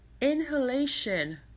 inhalation